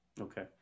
Okay